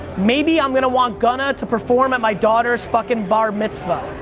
maybe i'm gonna want gunna to perform at my daughter's fuckin' bat mitzvah,